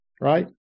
Right